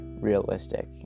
realistic